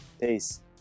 Peace